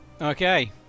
Okay